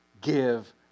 give